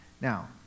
Now